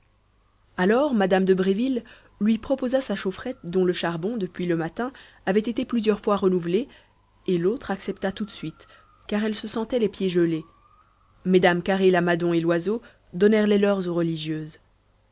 alors mme de bréville lui proposa sa chaufferette dont le charbon depuis le matin avait été plusieurs fois renouvelé et l'autre accepta tout de suite car elle se sentait les pieds gelés mmes carré lamadon et loiseau donnèrent les leurs aux religieuses